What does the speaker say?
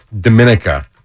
Dominica